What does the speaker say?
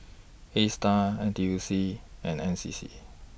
ASTAR N T U C and N C C